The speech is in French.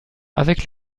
avec